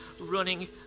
running